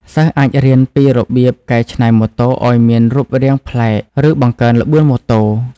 សិស្សអាចរៀនពីរបៀបកែច្នៃម៉ូតូឱ្យមានរូបរាងប្លែកឬបង្កើនល្បឿនម៉ូតូ។